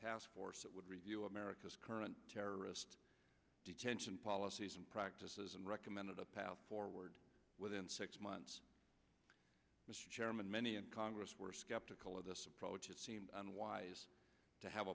task force that would review america's current terrorist detention policies and practices and recommended a path forward within six months chairman many in congress were skeptical of this approach it seemed unwise to have